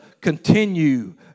continue